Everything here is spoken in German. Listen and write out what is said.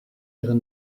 ihre